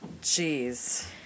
Jeez